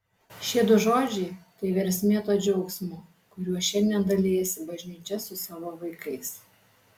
šie du žodžiai tai versmė to džiaugsmo kuriuo šiandien dalijasi bažnyčia su savo vaikais